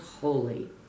holy